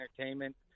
entertainment